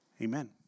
amen